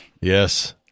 Yes